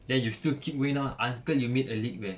then you still keep going down ah until you meet a league where